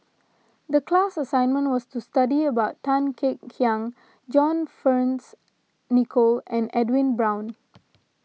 the class assignment was to study about Tan Kek Hiang John Fearns Nicoll and Edwin Brown